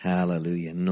Hallelujah